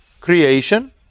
creation